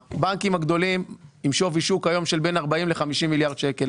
הבנקים הגדולים היום עם שווי שוק של בין 40 ל-50 ממיליארד שקלים.